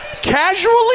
Casually